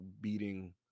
beating